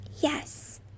Yes